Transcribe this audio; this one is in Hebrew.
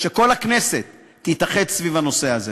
שכל הכנסת תתאחד סביב הנושא הזה.